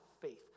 faith